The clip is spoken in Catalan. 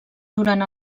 durant